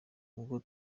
ubwo